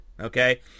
okay